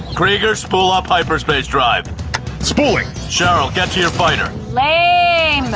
grieger, spool up hyperspace drive spooling. cheryl, get your feiner ray.